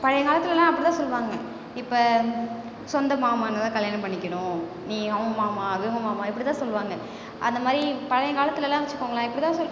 பழைய காலத்துலெலாம் அப்படிதான் சொல்லுவாங்க இப்போ சொந்த மாமான்ன தான் கல்யாணம் பண்ணிக்கணும் நீ உன் மாமா அது உங்க மாமா இப்படிதான் சொல்லுவாங்க அந்த மாதிரி பழைய காலத்துலெலாம் வச்சுக்கோங்களேன் இப்படிதான் சொல்